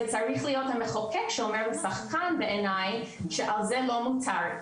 זה צריך להיות המחוקק שאומר לשחקן בעיניי שעל זה לא מותר,